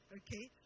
okay